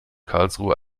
karlsruhe